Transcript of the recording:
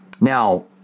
Now